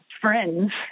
friends